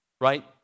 Right